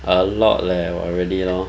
a lot leh !wah! really lor